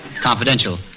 Confidential